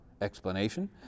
Explanation